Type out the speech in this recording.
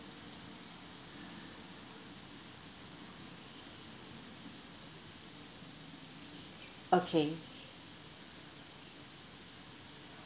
okay